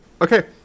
okay